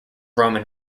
roman